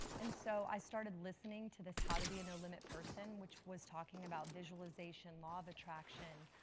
and so i started listening to this how to be a no-limit person, which was talking about visualization, law of attraction,